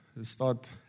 start